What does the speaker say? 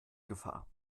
gefahr